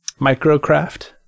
Microcraft